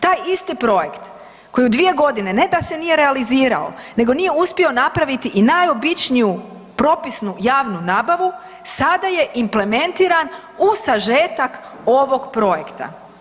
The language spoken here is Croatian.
Taj isti projekt koji u 2 g. ne da se nije realizirao, nego nije uspio napraviti i najobičniju propisnu javnu nabavu, sada je implementiran u sažetak ovog projekta.